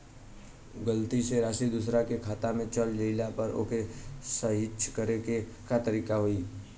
गलती से राशि दूसर के खाता में चल जइला पर ओके सहीक्ष करे के का तरीका होई?